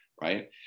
Right